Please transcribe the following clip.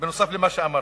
נוסף על מה שאמרתי,